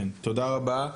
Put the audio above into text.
תודה רבה.